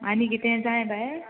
आनी कितें जाय बाये